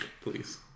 please